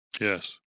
Yes